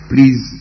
Please